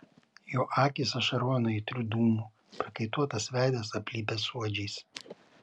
jo akys ašaroja nuo aitrių dūmų prakaituotas veidas aplipęs suodžiais